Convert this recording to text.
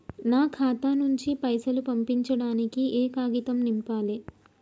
నా ఖాతా నుంచి పైసలు పంపించడానికి ఏ కాగితం నింపాలే?